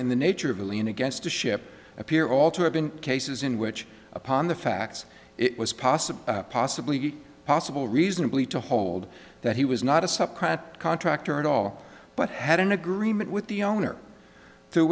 in the nature of a lien against a ship appear all to have been cases in which upon the facts it was possible possibly possible reasonably to hold that he was not a sub pratt contractor at all but had an agreement with the owner to